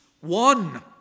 one